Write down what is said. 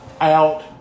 out